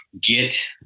get